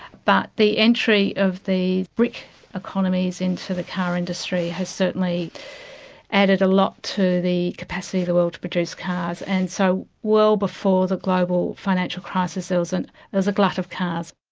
but the entry of the bric economies into the car industry has certainly added a lot to the capacity of the world to produce cars, and so well before the global financial crisis, there was and a glut of cars.